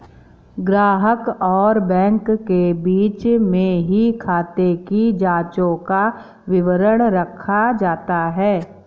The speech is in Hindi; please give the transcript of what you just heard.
ग्राहक और बैंक के बीच में ही खाते की जांचों का विवरण रखा जाता है